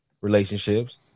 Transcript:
relationships